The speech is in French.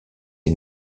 est